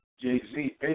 Jay-Z